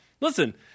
Listen